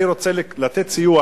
אני רוצה לתת סיוע,